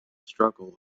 struggle